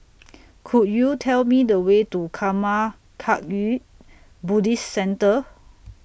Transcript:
Could YOU Tell Me The Way to Karma Kagyud Buddhist Centre